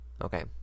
Okay